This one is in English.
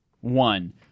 One